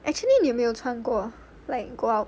actually 你有没有穿过 like go out